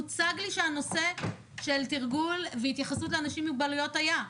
הוצג לי שהנושא של תרגול והתייחסות לאנשים עם מוגבלויות היה.